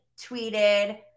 tweeted